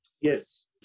Yes